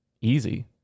easy